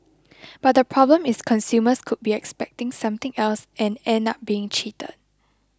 but the problem is consumers could be expecting something else and end up being cheated